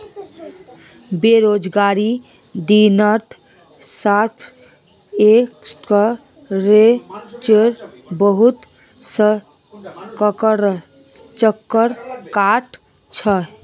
बेरोजगारीर दिनत स्टॉक एक्सचेंजेर बहुत चक्कर काट छ